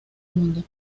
mundo